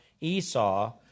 Esau